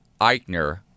Eichner